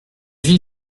vit